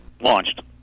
launched